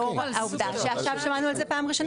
לאור העובדה שעכשיו שמענו על זה פעם ראשונה.